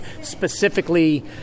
specifically